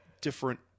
different